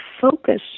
focus